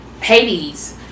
Hades